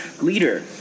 leader